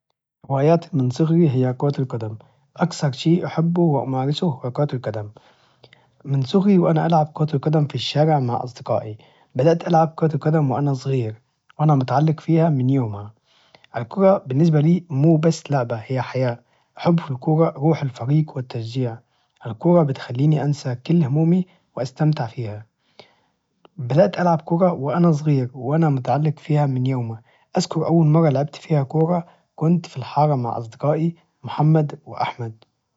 هواياتي من صغري هي كرة القدم، أكثر شي أحبه وأمارسه هو كرة القدم، من صغري وأنا ألعب كرة القدم في الشارع مع أصدقائي، بدأت ألعب كرة القدم وأنا صغير وأنا متعلق فيها من يومها، الكرة بالنسبة لي مو بس لعبة هي حياة، أحب في الكرة، روح الفريق، والتشجيع، الكرة بتخليني أنسى كل همومي وأستمتع فيها، بدأت ألعب كرة وأنا صغير وأنا متعلق فيها من يومها أذكر أول مرة لعبت فيها كرة كنت في الحارة مع أصدقائي محمد وأحمد.